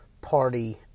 party